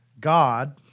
God